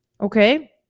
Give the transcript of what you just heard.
okay